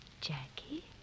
Jackie